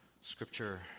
Scripture